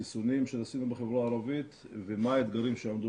חיסונים שעשינו בחברה הערבית ומה האתגרים שעמדו